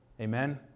Amen